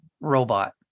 robot